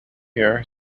year